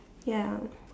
ya